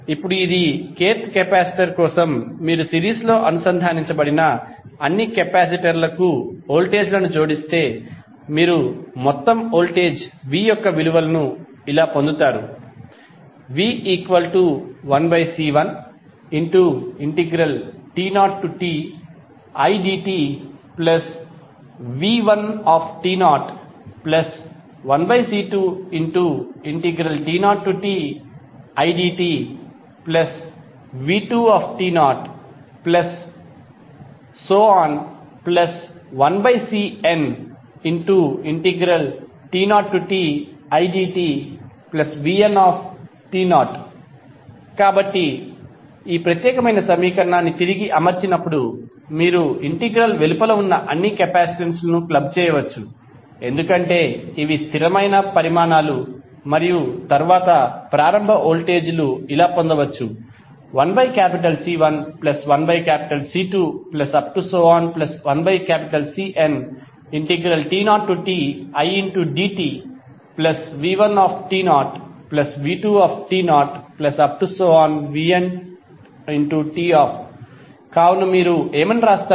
ఇప్పుడు ఇది kth capacitor కోసం మీరు సిరీస్లో అనుసంధానించబడిన అన్ని కెపాసిటర్లకు వోల్టేజ్ లను జోడిస్తే మీరు మొత్తం వోల్టేజ్ v యొక్క విలువను ఇలా పొందుతారు v1C1t0tidtv11C2t0tidtv21Cnt0tidtvn కాబట్టి మీరు ఈ ప్రత్యేకమైన సమీకరణాన్ని తిరిగి అమర్చినప్పుడు మీరు ఇంటిగ్రల్ వెలుపల ఉన్న అన్ని కెపాసిటెన్స్లను క్లబ్ చేయవచ్చు ఎందుకంటే ఇవి స్థిరమైన పరిమాణాలు మరియు తరువాత ప్రారంభ వోల్టేజీలు ఇలా పొందవచ్చు 1C11C21Cnt0tidtv1t0v2t0vnt0 కావన మీరు ఏమి వ్రాస్తారు